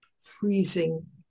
freezing